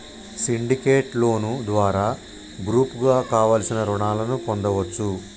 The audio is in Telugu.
సిండికేట్ లోను ద్వారా గ్రూపుగా కావలసిన రుణాలను పొందచ్చు